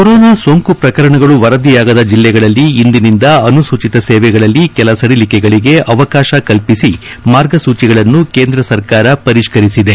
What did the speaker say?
corona ಸೋಂಕು ಪ್ರಕರಣಗಳು ವರದಿಯಾಗದ ಜಿಲ್ಲೆಗಳಲ್ಲಿ ಇಂದಿನಿಂದ ಅನುಸೂಚಿತ ಸೇವೆಗಳಲ್ಲಿ ಕೆಲ ಸಡಿಲಿಕೆಗಳಿಗೆ ಅವಕಾಶ ಕಲ್ಪಿಸಿ ಮಾರ್ಗಸೂಚಿಗಳನ್ನು ಕೇಂದ್ರ ಸರ್ಕಾರ ಪರಿಷ್ಠರಿಸಿದೆ